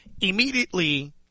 Immediately